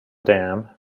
dam